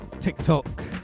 TikTok